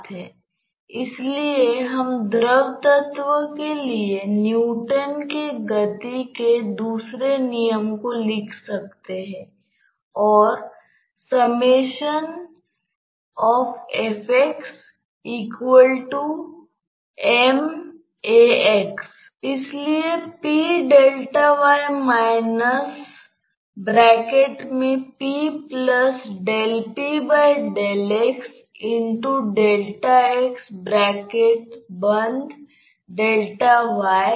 तो यह एक और धारणा है कि हम ρ को स्थिरांक के बराबर बनाते हैं